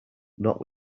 not